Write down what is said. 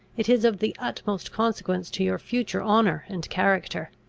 it is of the utmost consequence to your future honour and character.